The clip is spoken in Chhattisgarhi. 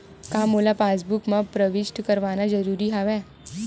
का मोला पासबुक म प्रविष्ट करवाना ज़रूरी हवय?